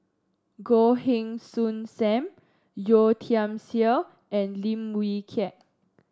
Goh Heng Soon Sam Yeo Tiam Siew and Lim Wee Kiak